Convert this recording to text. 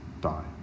die